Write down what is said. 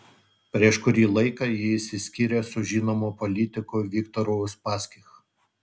prieš kurį laiką ji išsiskyrė su žinomu politiku viktoru uspaskich